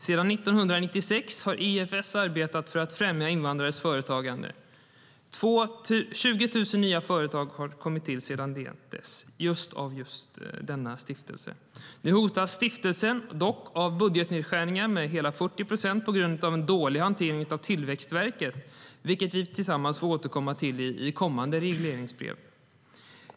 Sedan 1996 har IFS arbetat för att främja invandrares företagande, och sedan dess har 20 000 nya företag kommit till just genom denna stiftelse. Nu hotas den dock av budgetnedskärningar på hela 40 procent på grund av en dålig hantering av Tillväxtverket, vilket vi tillsammans får återkomma till i kommande regleringsbrev.